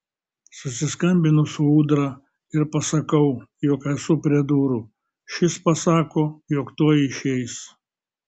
susiskambinu su ūdra ir pasakau jog esu prie durų šis pasako jog tuoj išeis